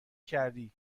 کردی